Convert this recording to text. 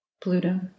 Pluto